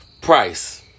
price